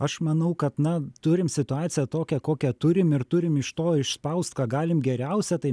aš manau kad na turim situaciją tokią kokią turim ir turim iš to išspaust ką galim geriausia tai